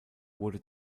wurde